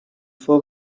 for